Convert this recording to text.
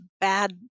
bad